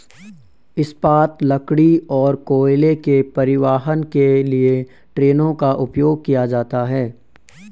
इस्पात, लकड़ी और कोयले के परिवहन के लिए ट्रेनों का उपयोग किया जाता है